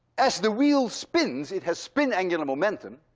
as the wheel spins, it has spin angular momentum,